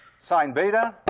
sine beta,